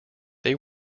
they